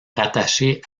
rattaché